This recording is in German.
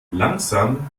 langsam